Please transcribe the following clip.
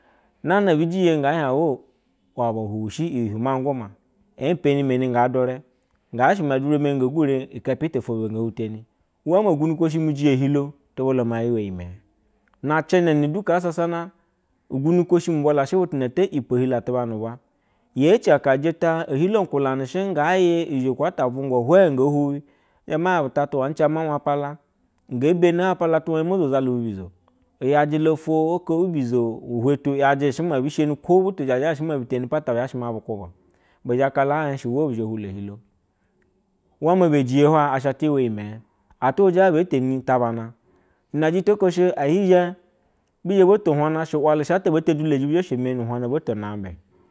Nana ebe jiye nana ebujeye nga hie awo waba lushi epeni mani nga dure ngasahe me dure meni gagure ikibe ete two nge huteni, wama uguwe koshi mujeye chiloikebe ete fwo ngre hute ni to bolo ma iyiwa mete na ceneni chu susana ugunukishila mulashi butuna eto epa la ehilo atubwa nu uwa yechi jeta chilo kulanri she nye uzo ata uvungwa hwe nge huwi uzhe ma hienbu ta tuwa nabama ula mpiala nge be nighuwa mpila tuwa mo zho zalu, bi bizo iyaje la ofwo oko mbizo uhula ti iyaje shima ebi sheni ku butu zhaje apata bizha shɛ ma butuba bi zhe kala hmaiye hushɛ mabi zhe hulo chilo, wama be jiye hwaye betenita bane na jito she zhizhe butu hwana ashe she ulalu ata be dwekeji bo sho meninu wana bo no umbe.